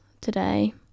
today